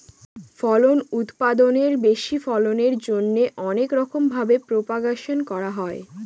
ফল উৎপাদনের বেশি ফলনের জন্যে অনেক রকম ভাবে প্রপাগাশন করা হয়